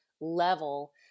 level